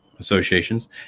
associations